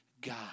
God